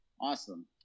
Awesome